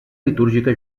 litúrgica